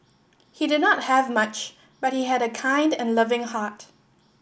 he did not have much but he had a kind and loving heart